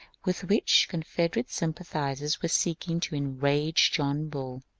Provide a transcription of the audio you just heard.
with which confederate sympathizers were seeking to enrage john bull.